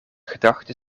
gedachten